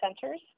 centers